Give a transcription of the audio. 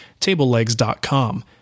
TableLegs.com